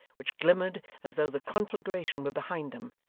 which glimmered as though the conflagration were behind them,